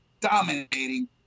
dominating